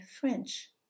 French